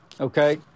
Okay